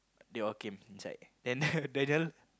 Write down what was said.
they all came inside then Daniel